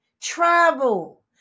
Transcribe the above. travel